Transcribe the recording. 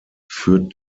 führt